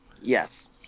Yes